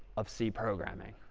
of c programming.